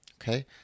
okay